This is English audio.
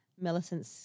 Millicent